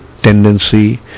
tendency